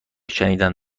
شنیدن